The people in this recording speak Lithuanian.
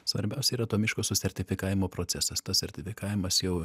svarbiausia yra to miško susertifikavimo procesas tas sertifikavimas jau